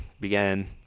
began